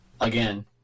again